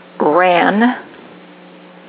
ran